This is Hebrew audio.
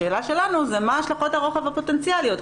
השאלה שלנו, מה השלכות הרוחב הפוטנציאליות.